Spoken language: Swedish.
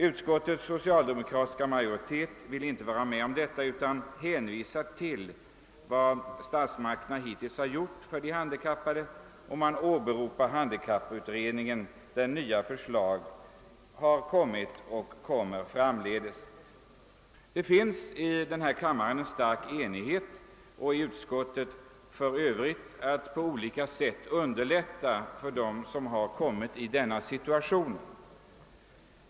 Utskottets socialdemokratiska majoritet vill inte vara med om detta utan hänvisar till vad statsmakterna hittills gjort för de handikappade. Utskottsmajoriteten åberopar vidare handikapputredningen, som framlagt och kommer att framlägga nya förslag. Det finns i denna kammare liksom även inom utskottet en stark enighet om att man på olika sätt måste åstadkomma lättnader för dem som råkat bli handikappade.